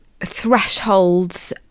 thresholds